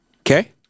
Okay